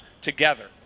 together